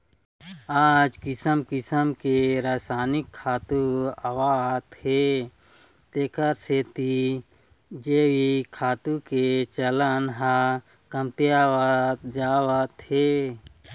आज किसम किसम के रसायनिक खातू आवत हे तेखर सेती जइविक खातू के चलन ह कमतियावत जावत हे